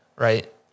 right